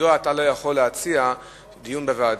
מדוע אתה לא יכול להציע דיון בוועדה.